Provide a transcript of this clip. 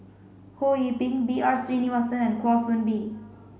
Ho Yee Ping B R Sreenivasan and Kwa Soon Bee